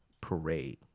Parade